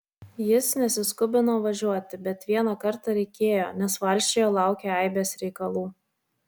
jis nesiskubino važiuoti bet vieną kartą reikėjo nes valsčiuje laukią eibės reikalų